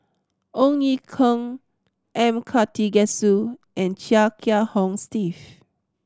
Ong Ye Kung M Karthigesu and Chia Kiah Hong Steve